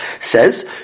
says